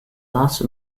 last